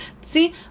see